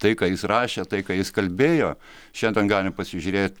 tai ką jis rašė tai ką jis kalbėjo šiandien galim pasižiūrėt